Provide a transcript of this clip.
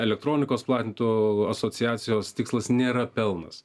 elektronikos platintojų asociacijos tikslas nėra pelnas